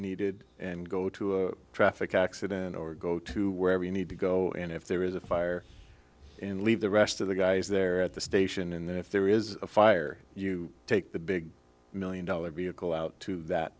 needed and go to a traffic accident or go to wherever you need to go and if there is a fire and leave the rest of the guys there at the station and then if there is a fire you take the big million dollar vehicle out to